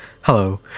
hello